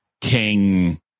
King